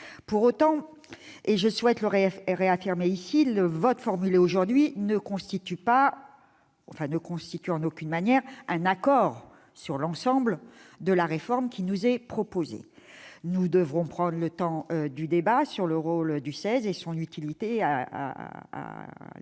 Pour autant, et je souhaite le réaffirmer ici, le vote formulé aujourd'hui ne constitue en aucune manière un accord sur l'ensemble de la réforme qui nous est proposée. Nous devrons prendre le temps du débat sur le rôle du CESE et son utilité à l'automne,